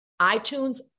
iTunes